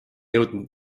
jõudnud